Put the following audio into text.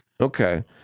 Okay